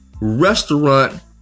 restaurant